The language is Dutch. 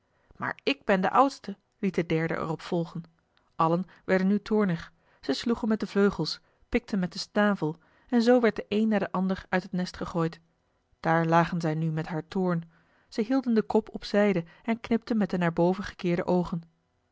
maar ik ben de oudste liet de derde er op volgen allen werden nu toornig zij sloegen met de vleugels pikten met den snavel en zoo werd de een na de ander uit het nest gegooid daar lagen zij nu met haar toorn zij hielden de kop op zijde en knipten met de naar boven gekeerde oogen